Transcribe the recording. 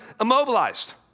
immobilized